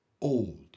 Old